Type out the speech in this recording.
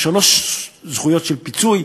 יש שלוש זכויות לפיצוי: